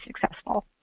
successful